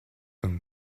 and